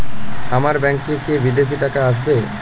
আমার ব্যংকে কি বিদেশি টাকা আসবে?